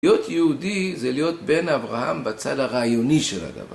להיות יהודי זה להיות בן אברהם בצד הרעיוני של הדבר